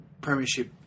premiership